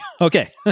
Okay